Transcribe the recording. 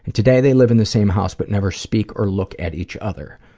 and today they live in the same house but never speak or look at each other.